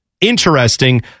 interesting